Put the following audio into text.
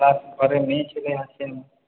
আর ঘরে মেয়েছেলে আছেন